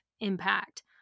impact